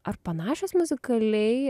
ar panašios muzikaliai